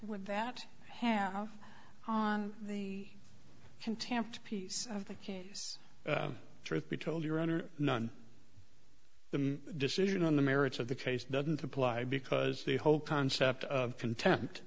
would that have on the contempt piece of the case truth be told your honor none the decision on the merits of the case doesn't apply because the whole concept of conte